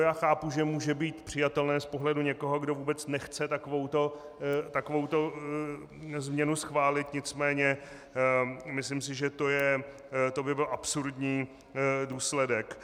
To já chápu, že může být přijatelné z pohledu někoho, kdo vůbec nechce takovouto změnu schválit, nicméně myslím si, že to by byl absurdní důsledek.